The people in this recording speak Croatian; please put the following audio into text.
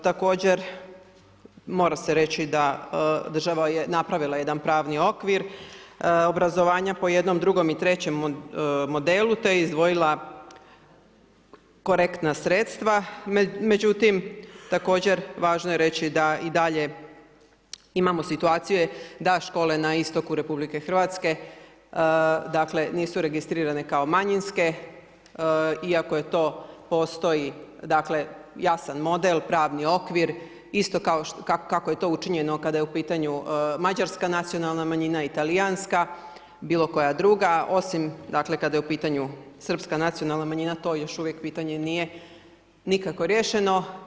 Također mora se reći da država je napravila jedan pravni okvir, obrazovanje po jednome, drugome i trećemu modelu, te je izdvojila korektna sredstva, međutim, također, važno je reći da i dalje imamo situacije da škole na istoku RH dakle, nisu registrirane kao manjinske iako je to, postoji dakle, jasan model, pravni okvir, isto kako je to učinjeno kada je u pitanju mađarska nacionalna manjina i talijanska, bilo koja druga, osim, dakle, kada je u pitanju srpska nacionalna manjina, to još uvijek pitanje nije nikako riješeno.